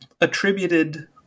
attributed